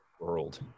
world